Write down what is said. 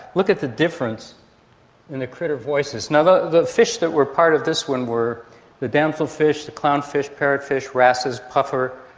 look at the difference in the critter voices. the fish that were part of this one were the damsel fish, the clown fish, parrotfish, wrasses, puffer,